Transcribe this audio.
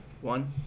One